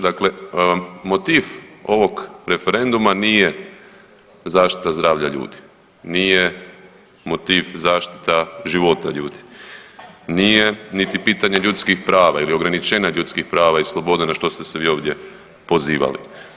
Dakle, motiv ovog referenduma nije zaštita zdravlja ljudi, nije motiv zaštita života ljudi, nije niti pitanje ljudskih prava ili ograničenja ljudskih prava i sloboda na što ste se vi ovdje pozivali.